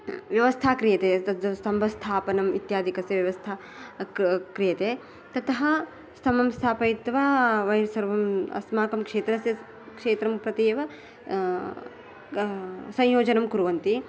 व्यवस्था क्रियते तत् स्तम्भस्थापनम् इत्यादिकस्य व्यवस्था क् क्रियते ततः स्थम्भं स्थापयित्वा वयर् सर्वम् अस्माकं क्षेत्रस्य क्षेत्रं प्रति एव संयोजनं कुर्वन्ति